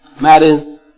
matters